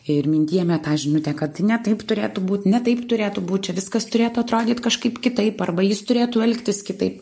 ir mintijame tą žinute kad ne taip turėtų būt ne taip turėtų būt čia viskas turėtų atrodyt kažkaip kitaip arba jis turėtų elgtis kitaip